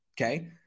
okay